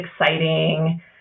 exciting